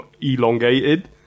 elongated